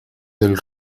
del